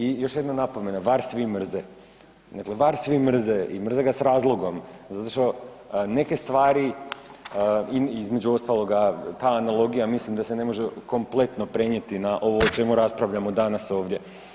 I još jedna napomena VAR svi mrze, dakle VAR svi mrze i mrze ga s razlogom zato što neke stvari između ostaloga ta analogija mislim da se ne može kompletno prenijeti na ovo o čemu raspravljamo danas ovdje.